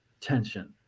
tension